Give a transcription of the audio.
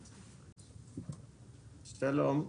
שלום.